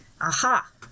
aha